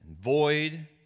void